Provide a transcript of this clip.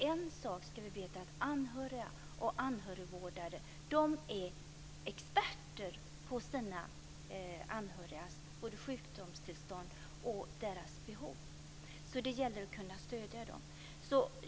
En sak ska vi veta, och det är att anhörigvårdare är experter på sina anhörigas både sjukdomstillstånd och behov. Det gäller därför att kunna stödja dem.